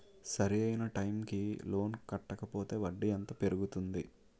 సరి అయినా టైం కి లోన్ కట్టకపోతే వడ్డీ ఎంత పెరుగుతుంది?